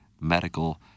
Medical